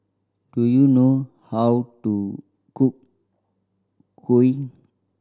do you know how to cook kuih